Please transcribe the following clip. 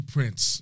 Prince